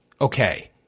okay